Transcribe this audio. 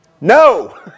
No